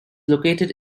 located